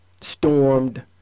stormed